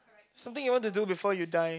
something you want to do before you die